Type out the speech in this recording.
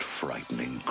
frightening